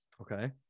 Okay